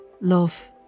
love